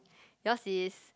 yours is